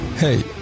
Hey